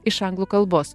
iš anglų kalbos